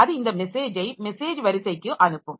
அது இந்த மெசேஜை மெசேஜ் வரிசைக்கு அனுப்பும்